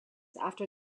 after